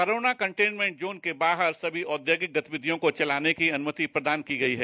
corona containment zone के बाहर सभी औद्योगिक गतिविधियों को चलाने की अनुमति प्रदान की गई है